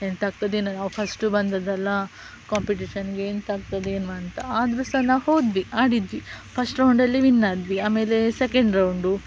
ಎಂತಾಗ್ತದೇನೋ ನಾವು ಫಸ್ಟು ಬಂದದ್ದಲ್ಲ ಕಾಂಪಿಟೇಷನ್ಗೆ ಎಂತಾಗ್ತದೇನೋ ಅಂತ ಆದರೂ ಸಹ ನಾವು ಹೋದ್ವಿ ಆಡಿದ್ವಿ ಫಸ್ಟ್ ರೌಂಡಲ್ಲಿ ವಿನ್ ಆದ್ವಿ ಆಮೇಲೆ ಸೆಕೆಂಡ್ ರೌಂಡು